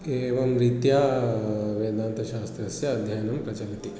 एवं रीत्या वेदान्तशास्त्रस्य अध्ययनं प्रचलति